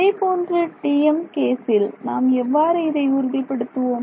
இதே போன்று TM கேசில் நாம் எவ்வாறு இதை உறுதிப்படுத்துவோம்